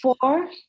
four